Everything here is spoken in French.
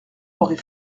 aurait